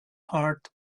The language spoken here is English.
heart